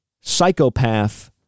psychopath